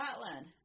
Scotland